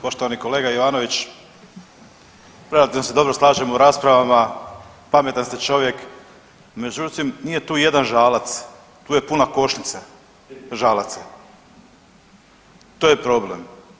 Poštovani kolega Ivanović, relativno se dobro slažemo u raspravama, pametan ste čovjek, međutim nije tu jedan žalac, tu je puna košnica žalaca, to je problem.